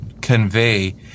convey